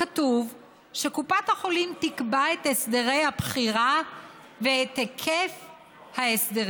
כתוב שקופת החולים תקבע את הסדרי הבחירה ואת היקף ההסדרים.